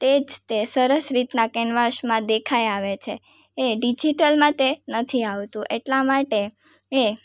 તે જ તે સરસ રીતના કેનવાસમાં દેખાય આવે છે એ ડિઝિટલમાં તે નથી આવતું એટલા માટે એ